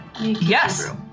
Yes